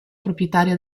proprietaria